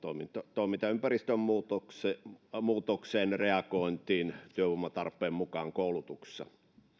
toimintaympäristön muutokseen muutokseen reagointia työvoiman tarpeen mukaan koulutuksessa